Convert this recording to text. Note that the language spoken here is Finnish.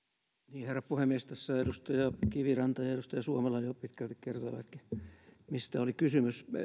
herra puhemies tässä edustaja kiviranta ja edustaja suomela jo pitkälti kertoivatkin mistä oli kysymys